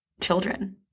children